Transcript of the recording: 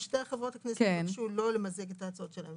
אם שתי חברות הכנסת יבקשו לא למזג את ההצעות שלהן,